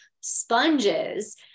sponges